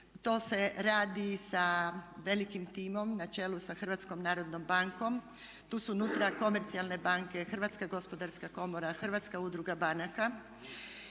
To se radi sa velikim timom na čelu sa Hrvatskom narodnom bankom. Tu su unutra komercijalne banke, Hrvatska gospodarska komora, Hrvatska udruga banaka